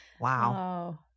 Wow